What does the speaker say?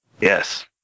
Yes